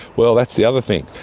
well, that's the other thing.